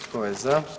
Tko je za?